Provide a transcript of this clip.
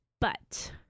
But-